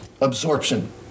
absorption